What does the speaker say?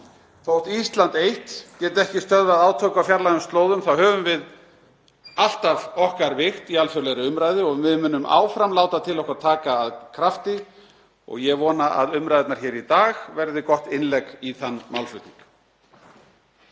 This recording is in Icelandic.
Þótt Ísland eitt geti ekki stöðvað átök á fjarlægum slóðum þá höfum við alltaf okkar vigt í alþjóðlegri umræðu og við munum áfram láta til okkar taka af krafti. Ég vona að umræðurnar hér í dag verði gott innlegg í þann málflutning.